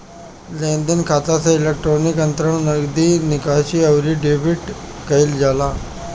लेनदेन खाता से इलेक्ट्रोनिक अंतरण, नगदी निकासी, अउरी डेबिट कईल जाला